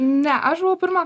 ne aš buvau pirma